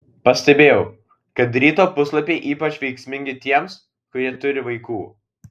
pastebėjau kad ryto puslapiai ypač veiksmingi tiems kurie turi vaikų